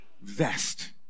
vest